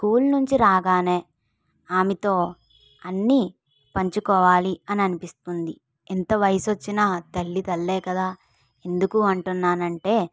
school నుంచి రాగానే ఆమెతో అన్నీ పంచుకోవాలి అని అనిపిస్తుంది ఎంత వయసు వచ్చినా తల్లి తల్లే కదా ఎందుకు అంటున్నాను అంటే